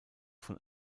von